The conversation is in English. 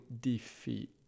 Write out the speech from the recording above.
defeat